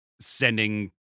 sending